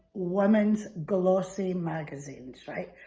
women's glossy magazines, right.